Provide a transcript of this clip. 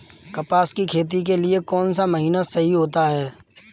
कपास की खेती के लिए कौन सा महीना सही होता है?